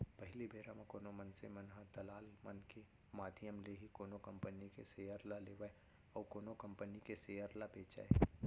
पहिली बेरा म कोनो मनसे मन ह दलाल मन के माधियम ले ही कोनो कंपनी के सेयर ल लेवय अउ कोनो कंपनी के सेयर ल बेंचय